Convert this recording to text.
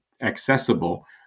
accessible